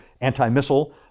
anti-missile